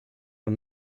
man